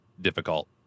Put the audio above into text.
difficult